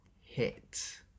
hit